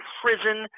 prison